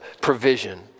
provision